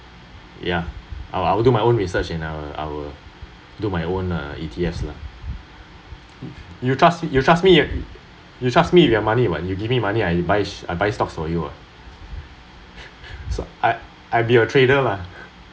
yeah I’ll I’ll do my own research and I will I will do my own uh E_T_S lah you you trust me you trust me you trust me with your money [what] you give me money I buy sh~ I buy stocks for you ah so I I be your trader lah